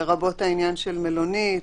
לרבות העניין של מלונית?